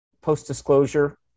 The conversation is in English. post-disclosure